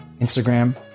Instagram